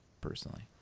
personally